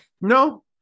No